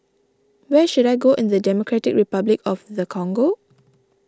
where should I go in the Democratic Republic of the Congo